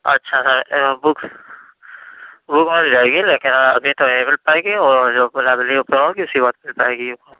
اچھا sir book وہ مل جائے گی لیکن ابھی تو نہیں مل پائے گی اور جب لائبریری اوپن ہوگی اُسی وقت مل پائے گی